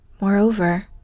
Moreover